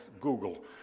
Google